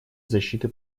защиты